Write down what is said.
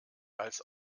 als